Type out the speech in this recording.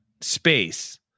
space